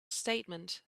statement